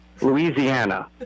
Louisiana